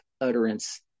utterance